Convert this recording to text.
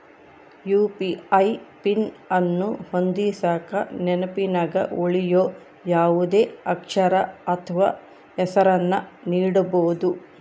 UPI PIN ಅನ್ನು ಹೊಂದಿಸಕ ನೆನಪಿನಗ ಉಳಿಯೋ ಯಾವುದೇ ಅಕ್ಷರ ಅಥ್ವ ಹೆಸರನ್ನ ನೀಡಬೋದು